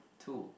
two